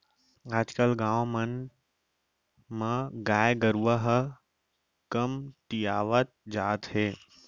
आज कल गाँव मन म गाय गरूवा ह कमतियावत जात हे